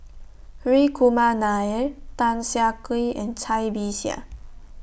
Hri Kumar Nair Tan Siah Kwee and Cai Bixia